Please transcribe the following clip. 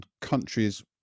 countries